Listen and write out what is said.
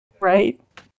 right